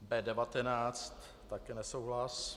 B19 také nesouhlas.